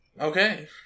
Okay